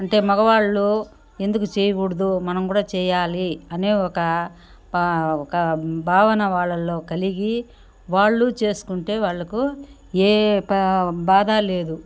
అంటే మగవాళ్ళు ఎందుకు చేయకూడదు మనం కూడా చెయ్యాలి అనే ఒక పా ఒక భావన వాల్లో కలిగి వాళ్ళు చేసుకుంటే వాళ్లకు ఏ పా బాధ లేదు